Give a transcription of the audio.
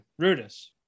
Rudis